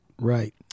right